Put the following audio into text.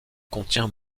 contient